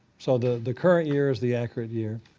so the the current year is the accurate year.